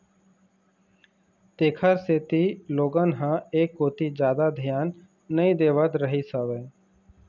तेखर सेती लोगन ह ऐ कोती जादा धियान नइ देवत रहिस हवय